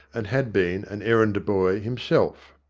and had been an errand boy himself.